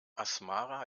asmara